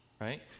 right